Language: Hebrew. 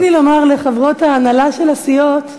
רציתי לומר לחברות ההנהלה של הסיעות,